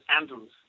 Andrews